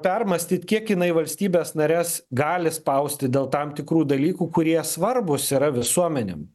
permąstyt kiek jinai valstybes nares gali spausti dėl tam tikrų dalykų kurie svarbūs yra visuomenėm